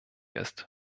ist